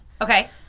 Okay